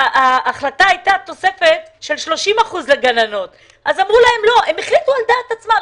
שמערכת הבריאות היום מתחילה שביתה עליה הכריזו עליה הרופאים,